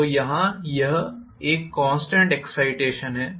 तो यहाँ यह एक कॉन्स्टेंट एक्साइटेशन है